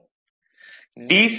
vlcsnap 2018 11 05 09h48m53s179 D